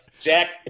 Jack